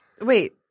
wait